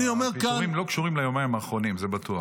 הפיטורים לא קשורים ליומיים האחרונים, זה בטוח.